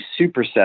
superset